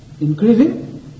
increasing